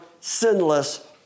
sinless